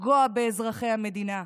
לפגוע באזרחי המדינה,